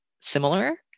similar